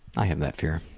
i have that fear.